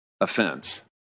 offense